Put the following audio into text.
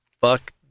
Fuck